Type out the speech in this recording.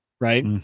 right